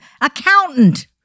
accountant